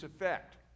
effect